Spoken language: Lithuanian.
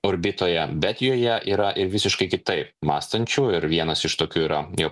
orbitoje bet joje yra ir visiškai kitaip mąstančių ir vienas iš tokių yra jo